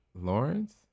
Lawrence